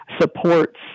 supports